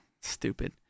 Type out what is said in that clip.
Stupid